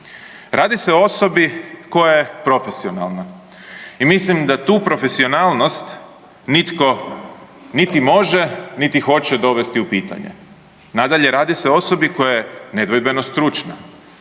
Radi se o osobi koja je profesionalna i mislim da tu profesionalnost nitko niti može niti hoće dovesti u pitanje. Nadalje, radi se o osobi koja je nedvojbeno stručna.